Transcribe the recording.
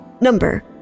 number